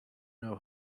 know